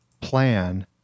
plan